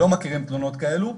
לא מכירים תלונות כאלה,